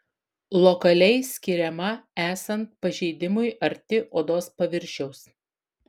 lokaliai skiriama esant pažeidimui arti odos paviršiaus